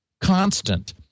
constant